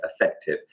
effective